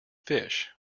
fish